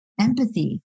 empathy